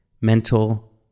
mental